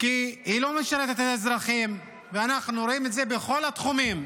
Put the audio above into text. כי היא לא משרתת את האזרחים ואנחנו רואים את זה בכל התחומים.